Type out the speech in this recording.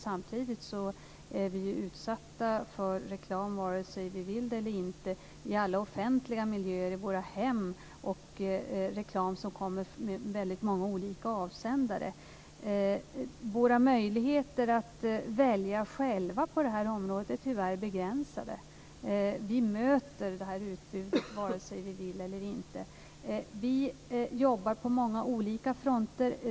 Samtidigt är vi utsatta för reklam vare sig vi vill det eller inte i alla offentliga miljöer, i våra hem och med olika avsändare. Våra möjligheter att välja själva på området är tyvärr begränsade. Vi möter utbudet vare sig vi vill eller inte. Regeringen jobbar på många olika fronter.